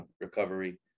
recovery